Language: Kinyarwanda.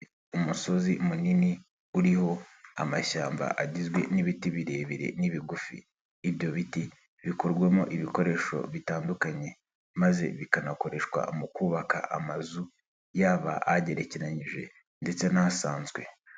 Umusozi munini uriho amashyamba agizwe n'ibiti birebire n'ibigufi, ibyo biti bikorwamo ibikoresho bitandukanye, maze bikanakoreshwa mu kubaka amazu, yaba agerekeranyije ndetse n'asanzwe.